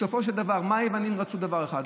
בסופו של דבר היוונים רצו דבר אחד,